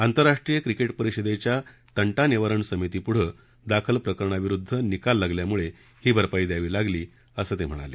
आंतरराष्ट्रीय क्रिकेट परिषदेच्या तंटा निवारण समितीसमोर दाखल प्रकरणाविरुद्ध विरोधी निकाल लागल्यामुळे ही भरपाई द्यावी लागली असं ते म्हणाले